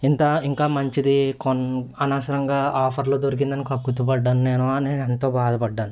ఇంత ఇంకా మంచిది కొన్ అనవసరంగా ఆఫర్లో దొరికిందని కక్కుర్తి పడ్డాను నేను అని ఎంతో బాధపడ్డాను